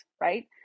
right